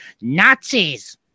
Nazis